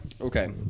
Okay